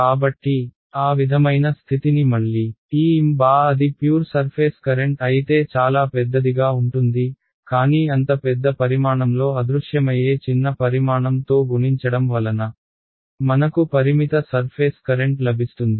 కాబట్టి ఆ విధమైన స్థితిని మళ్లీ ఈ M అది ప్యూర్ సర్ఫేస్ కరెంట్ అయితే చాలా పెద్దదిగా ఉంటుంది కానీ అంత పెద్ద పరిమాణంలో అదృశ్యమయ్యే చిన్న పరిమాణం తో గుణించడం వలన మనకు పరిమిత సర్ఫేస్ కరెంట్ లభిస్తుంది